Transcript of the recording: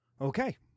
Okay